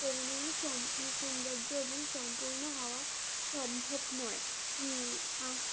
কোনোদিনও সম সৌন্দর্য এবং সম্পূর্ণ হওয়া সম্ভব নয়